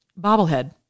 bobblehead